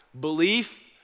Belief